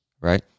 right